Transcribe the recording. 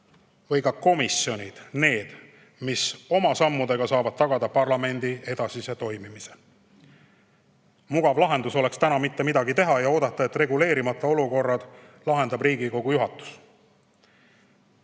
või ka komisjonid need, kes oma sammudega saavad tagada parlamendi edasise toimimise. Mugav lahendus oleks täna mitte midagi teha ja oodata, et reguleerimata olukorrad lahendab Riigikogu juhatus.